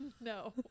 no